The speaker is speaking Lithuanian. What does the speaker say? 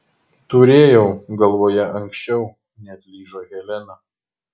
turėjau galvoje anksčiau neatlyžo helena